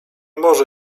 może